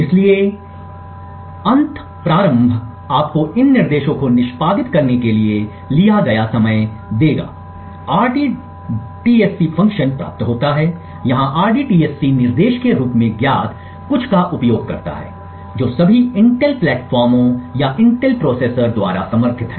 इसलिए अंत प्रारंभ आपको इन निर्देशों को निष्पादित करने के लिए लिया गया समय देगा rdtsc फ़ंक्शन प्राप्त होता है यहां rdtsc निर्देश के रूप में ज्ञात कुछ का उपयोग करता है जो सभी इंटेल प्लेटफार्मों या इंटेल प्रोसेसर द्वारा समर्थित है